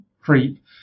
creep